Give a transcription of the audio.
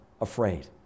afraid